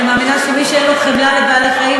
אני מאמינה שמי שאין לו חמלה לבעלי-חיים,